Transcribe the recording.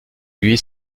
lui